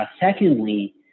secondly